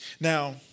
Now